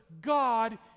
God